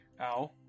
Ow